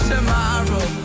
Tomorrow